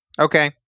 Okay